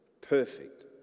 Perfect